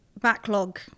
backlog